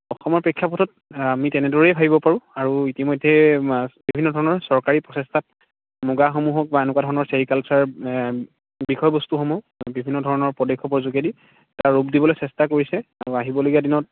অসমৰ প্ৰেক্ষপটত আমি তেনেদৰেই ভাবিব পাৰোঁ আৰু ইতিমধ্যে বিভিন্ন ধৰণৰ চৰকাৰী প্ৰচেষ্টাত মুগাসমূহক বা এনেকুৱা ধৰণৰ ছেৰিকালছাৰ বিষয়বস্তুসমূহ বিভিন্ন ধৰণৰ পদক্ষেপৰ যোগেদি এটা ৰূপ দিবলৈ চেষ্টা কৰিছে আৰু আহিবলগীয়া দিনত